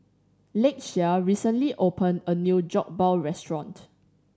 Lakeshia recently opened a new Jokbal restaurant